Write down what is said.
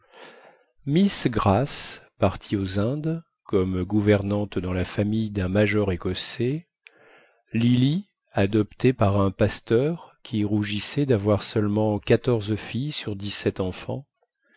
miss grace partie aux indes comme gouvernante dans la famille dun major écossais lily adoptée par un pasteur qui rougissait davoir seulement quatorze filles sur dix-sept enfants